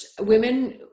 women